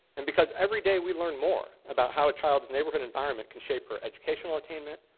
and because every day we learn more about how a child's neighborhood environment can shape her education attainment,